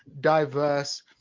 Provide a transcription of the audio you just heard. diverse